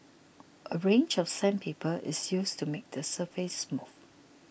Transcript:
a range of sandpaper is used to make the surface smooth